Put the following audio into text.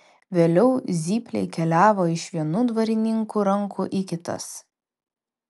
vėliau zypliai keliavo iš vienų dvarininkų rankų į kitas